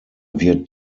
wird